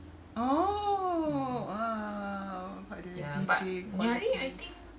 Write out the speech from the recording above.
oh ah oh what the D_J qualities